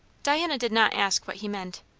diana did not ask what he meant.